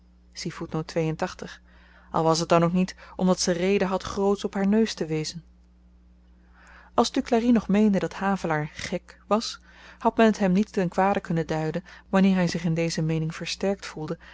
al was t dan ook niet omdat ze reden had grootsch op haar neus te wezen als duclari nog meende dat havelaar gek was had men t hem niet ten kwade kunnen duiden wanneer hy zich in deze meening versterkt voelde